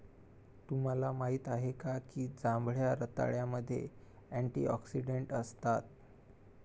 तुम्हाला माहित आहे का की जांभळ्या रताळ्यामध्ये अँटिऑक्सिडेंट असतात?